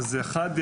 אחד,